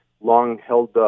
long-held